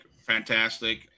fantastic